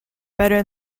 better